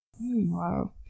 Wow